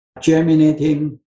germinating